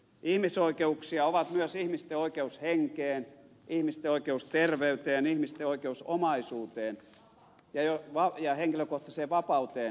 ihmisoikeuksia ovat myös ihmisten oikeus henkeen ihmisten oikeus terveyteen ihmisten oikeus omaisuuteen ja henkilökohtaiseen vapauteen